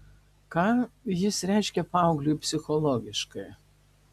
ką jis reiškia paaugliui psichologiškai